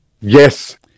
Yes